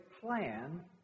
plan